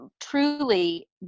truly